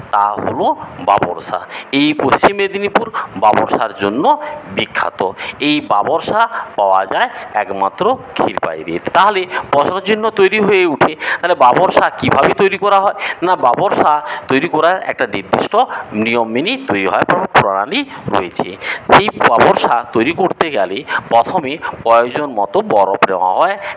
তা হল বাবরসা এই পশ্চিম মেদিনীপুর বাবরসার জন্য বিখ্যাত এই বাবরসা পাওয়া যায় একমাত্র খিরবাইরে তাহলে বাবরসার জন্য তৈরী হয়ে ওঠে তাহলে বাবরসা কিভাবে তৈরী করা হয় না বাবরসা তৈরী করার একটা নির্দিষ্ট নিয়ম মেনে তৈরী হওয়ার প্রণালী রয়েছে সেই বাবরসা তৈরী করতে গেলে প্রথমে প্রয়োজন মতো বরফ নেওয়া হয়